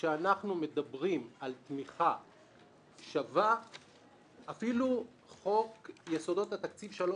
וכשאנחנו מדברים על תמיכה שווה אפילו חוק יסודות התקציב 3א,